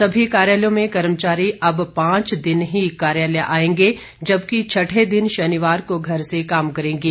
सभी कार्यालयों में कर्मचारी अब पांच दिन ही कार्यालय आएंगे जबकि छठे दिन शनिवार को घर से काम करेंगे